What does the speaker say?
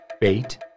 bait